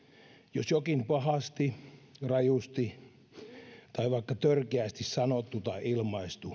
jos jokin pahasti rajusti tai vaikka törkeästi sanottu tai ilmaistu